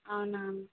అవునా